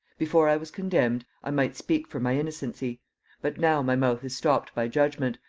before i was condemned, i might speak for my innocency but now my mouth is stopped by judgement,